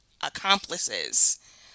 accomplices